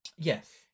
Yes